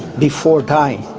before dying,